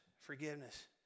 forgiveness